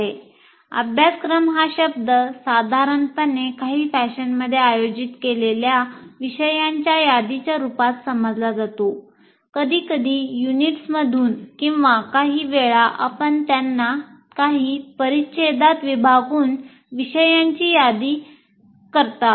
"अभ्यासक्रम" हा शब्द साधारणपणे काही फॅशनमध्ये आयोजित केलेल्या विषयांच्या यादीच्या रूपात समजला जातो कधीकधी युनिट्स मधून किंवा काही वेळा आपण त्यांना काही परिच्छेदात विभागून विषयांची यादी करतात